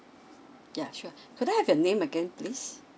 ya sure could I have your name again please